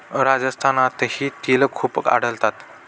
राजस्थानातही तिळ खूप आढळतात